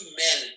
men